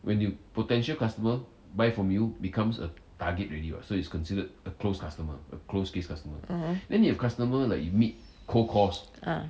mmhmm ah